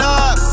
up